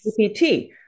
GPT